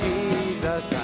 Jesus